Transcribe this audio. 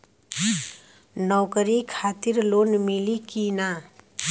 नौकरी खातिर लोन मिली की ना?